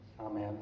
Amen